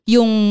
Yung